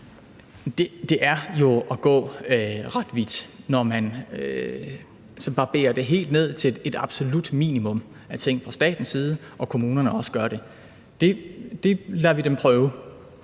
Det er jo at gå ret vidt, når man fra statens side barberer det helt ned til et absolut minimum af ting og kommunerne også gør det. Det lader vi dem prøve,